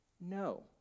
No